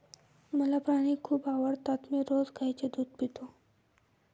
मला प्राणी खूप आवडतात मी रोज गाईचे दूध पितो